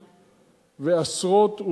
ועשרות,